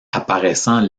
apparaissant